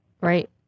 Right